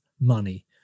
money